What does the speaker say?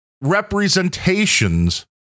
representations